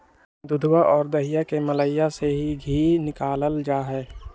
दूधवा और दहीया के मलईया से धी निकाल्ल जाहई